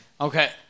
Okay